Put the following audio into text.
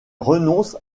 renonce